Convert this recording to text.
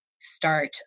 start